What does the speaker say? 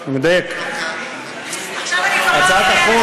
אני מדייק, הצעת החוק, עכשיו אני כבר לא אפריע לך.